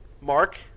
mark